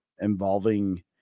involving